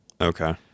Okay